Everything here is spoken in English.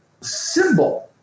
symbol